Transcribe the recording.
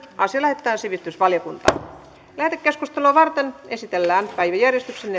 asia lähetetään sivistysvaliokuntaan lähetekeskustelua varten esitellään päiväjärjestyksen